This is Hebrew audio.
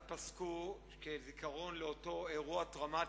אז פסקו, כזיכרון לאותו אירוע טראומטי,